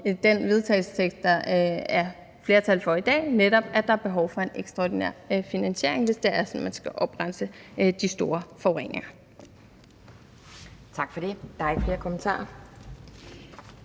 til vedtagelse, der er flertal for i dag, netop er et behov for en ekstraordinær finansiering, hvis det er sådan, at man skal oprense de store forureninger. Kl. 12:31 Anden næstformand